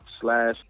slash